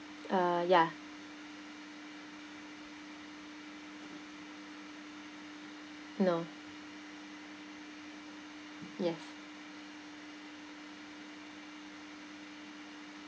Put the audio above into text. uh ya no yes